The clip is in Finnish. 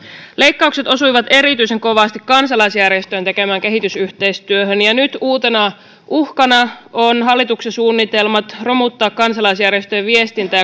leikkaukset osuivat erityisen kovasti kansalaisjärjestöjen tekemään kehitysyhteistyöhön ja nyt uutena uhkana on hallituksen suunnitelmat romuttaa kansalaisjärjestöjen viestintä